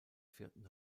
vierten